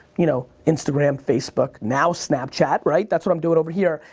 you know, instagram, facebook, now snapchat. right? that's what i'm doing over here.